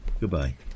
Goodbye